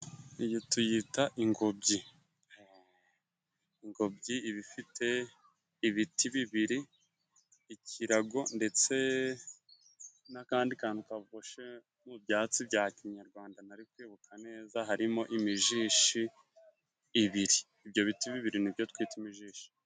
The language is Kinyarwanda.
Iyi tuyita ingobyi. Ingobyi iba ifite ibiti bibiri, ikirago ndetse n'akandi kantu kaboshe mu byatsi bya kinyarwanda ntari kwibuka neza harimo imijishi ibiri, ibyo biti bibiri nibyo twita imijishi.